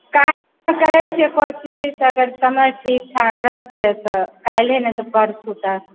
काल्हि करै छिए कोशिश अगर समय ठीकठाक रहतै तऽ काल्हि नहि तऽ परसू तक